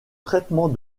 traitement